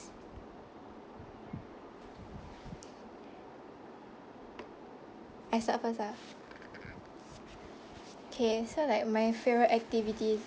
I start first ah okay so like my favourite activity